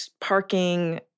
parking